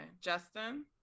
Justin